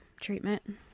treatment